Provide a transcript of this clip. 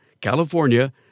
California